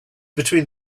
between